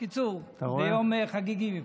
בקיצור, זה יום חגיגי מבחינתי.